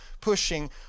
pushing